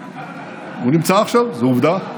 הוא נמצא עכשיו, זו עובדה,